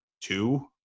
two